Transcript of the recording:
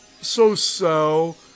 so-so